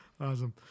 Awesome